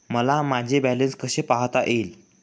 मला माझे बॅलन्स कसे पाहता येईल?